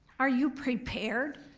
are you prepared,